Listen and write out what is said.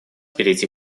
перейти